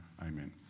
Amen